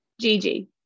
Gigi